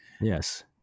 Yes